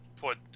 put